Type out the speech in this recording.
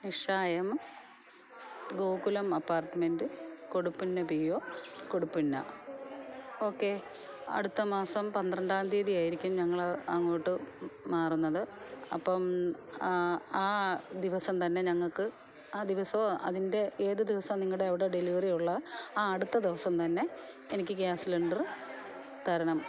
Nisha M Gokulam apartment കൊടുപ്പുന്ന പി യ്യോ കൊടുപ്പുന്ന ഓക്കേ അടുത്തമാസം പന്ത്രണ്ടാം തിയ്യതി ആയിരിക്കും ഞങ്ങൽ അങ്ങോട്ട് മാറുന്നത് അപ്പം ആ ദിവസം തന്നെ ഞങ്ങൾക്ക് ആ ദിവസമോ അതിൻ്റെ ഏത് ദിവസാണ് നിങ്ങളുടെ അവിടെ ഡെലിവറിയുള്ള ആ അടുത്ത ദിവസം തന്നെ എനിക്ക് ഈ ഗ്യാസ് സിലിണ്ടർ തരണം